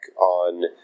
on